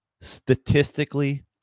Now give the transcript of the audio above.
statistically